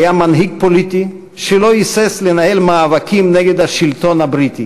היה מנהיג פוליטי שלא היסס לנהל מאבקים נגד השלטון הבריטי,